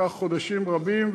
שייקח חודשים רבים,